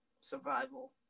survival